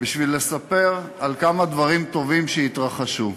בשביל לספר על כמה דברים טובים שהתרחשו.